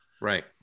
right